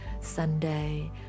sunday